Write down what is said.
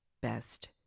best